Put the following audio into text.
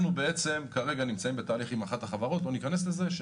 אנחנו נמצאים בתהליך עם אחת החברות שתאפשר